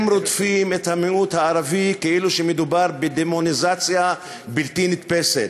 הם רודפים את המיעוט הערבי כאילו מדובר בדמוניזציה בלתי נתפסת.